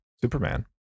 Superman